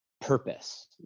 purpose